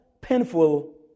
painful